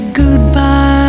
goodbye